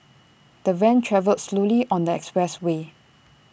the van travelled slowly on the express way